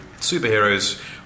Superheroes